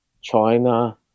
China